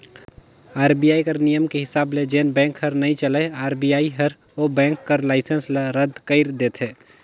RBI कर नियम के हिसाब ले जेन बेंक हर नइ चलय आर.बी.आई हर ओ बेंक कर लाइसेंस ल रद कइर देथे